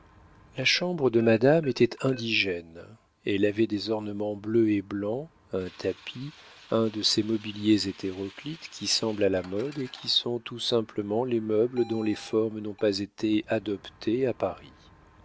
la chambre de madame était indigène elle avait des ornements bleus et blancs un tapis un de ces mobiliers hétéroclites qui semblent à la mode et qui sont tout simplement les meubles dont les formes n'ont pas été adoptées à paris